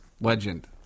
Legend